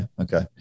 Okay